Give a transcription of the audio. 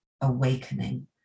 awakening